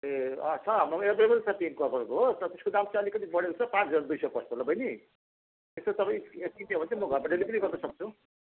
ए छ हाम्रोमा एभाइलेभल छ पिङ्क पर्पलको हो तर त्यसको दाम चाहिँ अलिकति बढेको छ पाँच हजार दुई सय पर्छ ल बहिनी त्यसको सबै के के हुन्छ म घरमा डेलिभरी गर्नु सक्छु